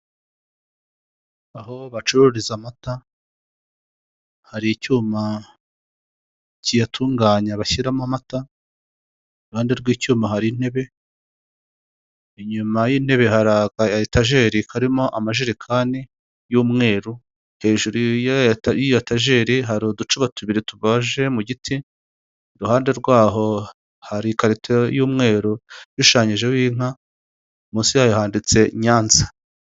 Umugabo wiyogoshesheje wazamuye akaboko, wambaye ikoti ry'ubururu n'ishati y'umukara ndetse na karuvati y'ubururu, imbere hakaba hari mikorofone, inyuma ye hakaba hari dolise y'amashokora ndetse munsi hakaba hari amagambo yandikishije inyuguti z'umweru, handitseho Dogita Utumatwishima Ja, munsi hakaba hari n'undi.